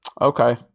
Okay